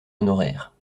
honoraire